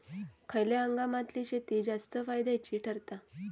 खयल्या हंगामातली शेती जास्त फायद्याची ठरता?